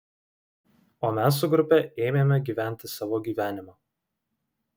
o mes su grupe ėmėme gyventi savo gyvenimą